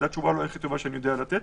זו התשובה הכי טובה שאני יודע לתת.